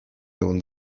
egun